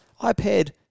iPad